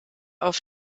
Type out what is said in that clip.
auf